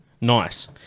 Nice